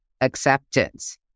acceptance